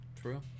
True